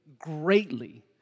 greatly